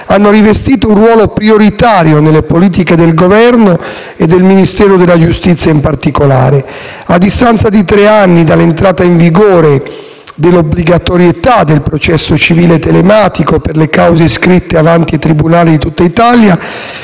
hanno rivestito un ruolo prioritario nelle politiche del Governo e del Ministero della giustizia in particolare. A distanza di tre anni dall'entrata in vigore dell'obbligatorietà del processo civile telematico per le cause iscritte avanti ai tribunali di tutta Italia,